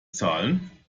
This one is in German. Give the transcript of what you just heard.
zahlen